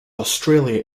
australia